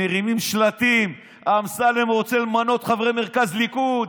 מרימים שלטים: אמסלם רוצה למנות חברי מרכז ליכוד.